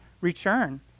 return